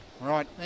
right